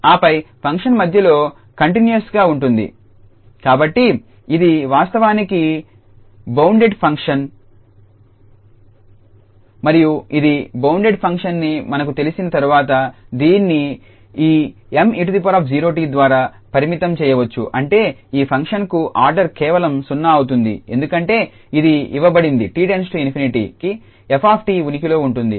ఆపై ఫంక్షన్ మధ్యలో కంటిన్యూస్ గా ఉంటుంది కాబట్టి ఇది వాస్తవానికి బౌండెడ్ ఫంక్షన్ మరియు ఇది బౌండెడ్ ఫంక్షన్ అని మనకు తెలిసిన తర్వాత దీన్ని ఈ 𝑀𝑒0𝑡 ద్వారా పరిమితం చేయవచ్చు అంటే ఈ ఫంక్షన్కు ఆర్డర్ కేవలం 0 అవుతుంది ఎందుకంటే ఇది ఇవ్వబడింది 𝑡 →∞ కి 𝑓𝑡 ఉనికిలో ఉంటుంది